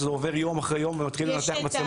שזה עובר יום אחרי יום ומתחילים לנתח מצלמות.